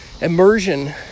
immersion